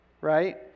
right